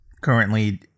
currently